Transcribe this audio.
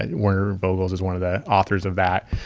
and werner vogels is one of the authors of that.